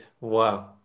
wow